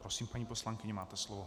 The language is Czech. Prosím, paní poslankyně, máte slovo.